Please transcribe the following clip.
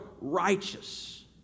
righteous